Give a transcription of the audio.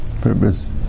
purpose